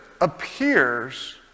appears